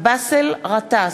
באסל גטאס,